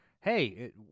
hey